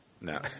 No